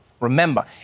remember